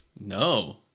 No